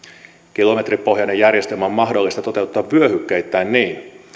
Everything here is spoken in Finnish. kilometripohjainen järjestelmä on mahdollista toteuttaa vyöhykkeittäin niin